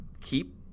Keep